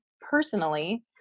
personally